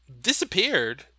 disappeared